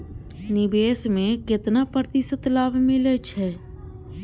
निवेश में केतना प्रतिशत लाभ मिले छै?